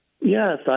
Yes